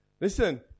Listen